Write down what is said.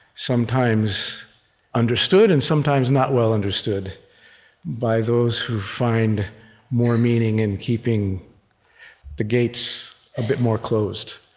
sometimes understood and sometimes not well understood by those who find more meaning in keeping the gates a bit more closed.